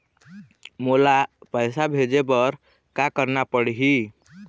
मोला पैसा भेजे बर का करना पड़ही?